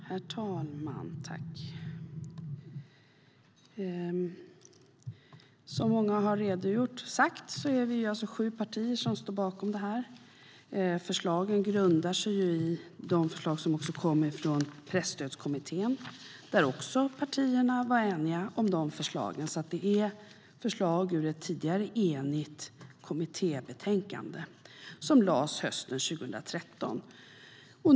Herr talman! Som många har redogjort för är vi sju partier som står bakom förslaget i betänkandet. Förslagen grundar sig i de förslag som kom från Presstödskommittén, och även dessa förslag var partierna eniga om. Detta är alltså förslag ur ett tidigare enigt kommittébetänkande som lades fram hösten 2013.